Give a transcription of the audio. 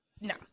no